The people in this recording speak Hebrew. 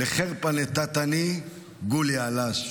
"לחרפה נתתני גולי עלאס".